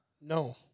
no